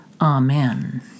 Amen